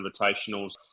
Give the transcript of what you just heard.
invitationals